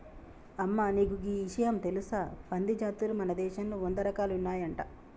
అమ్మ నీకు గీ ఇషయం తెలుసా పంది జాతులు మన దేశంలో వంద రకాలు ఉన్నాయంట